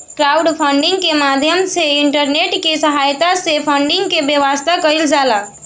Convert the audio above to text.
crowdfunding के माध्यम से इंटरनेट के सहायता से फंडिंग के व्यवस्था कईल जाला